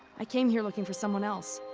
i came here looking for someone else.